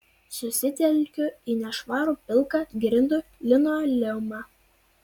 susitelkiu į nešvarų pilką grindų linoleumą